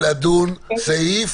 אני ביקשתי לדון סעיף-סעיף.